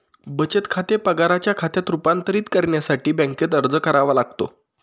बचत खाते पगाराच्या खात्यात रूपांतरित करण्यासाठी बँकेत अर्ज करावा लागतो